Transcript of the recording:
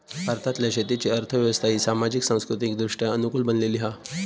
भारतातल्या शेतीची अर्थ व्यवस्था ही सामाजिक, सांस्कृतिकदृष्ट्या अनुकूल बनलेली हा